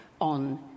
on